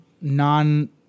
non